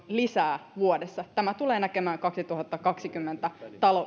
lisää perusväylänpitoon vuodessa tämä tullaan näkemään vuoden kaksituhattakaksikymmentä